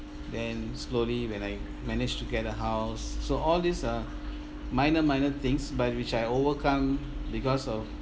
then slowly when I managed to get a house so all these are minor minor things but which I overcome because of